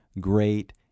great